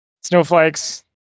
Snowflakes